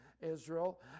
Israel